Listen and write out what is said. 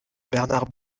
bernard